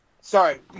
Sorry